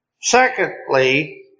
Secondly